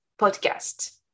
podcast